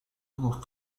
hugo